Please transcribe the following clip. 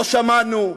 לא שמענו.